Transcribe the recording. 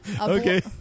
Okay